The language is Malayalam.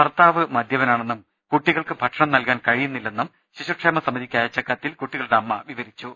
ഭർത്താവ് മദൃപനാണെന്നും കുട്ടികൾക്ക് ഭക്ഷണം നൽകാൻ കഴി യുന്നില്ലെന്നും ശിശുക്ഷേമ സമിതിക്ക് അയച്ച കത്തിൽ കുട്ടികളുടെ അമ്മ വിവരിച്ചു